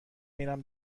میرم